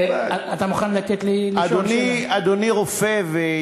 גם בתרופות,